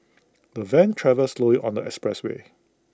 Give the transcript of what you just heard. the van travelled slowly on the expressway